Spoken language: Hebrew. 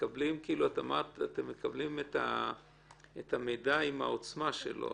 אמרת שאתם מקבלים את המידע עם העוצמה שלו,